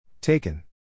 Taken